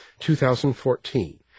2014